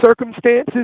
circumstances